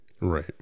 Right